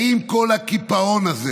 האם כל הקיפאון הזה